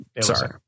Sorry